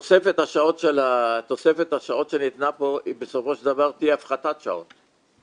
תוספת השעות שניתנה פה בסופו של דבר היא תהיה הפחתת שעות,